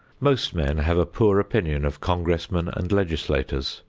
most men have a poor opinion of congressmen and legislators,